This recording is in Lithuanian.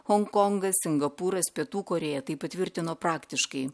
honkongas singapūras pietų korėja tai patvirtino praktiškai